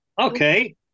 okay